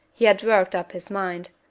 he had worked up his mind.